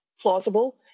plausible